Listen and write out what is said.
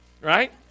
right